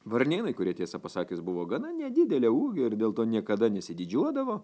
varnėnai kurie tiesą pasakius buvo gana nedidelio ūgio ir dėl to niekada nesididžiuodavo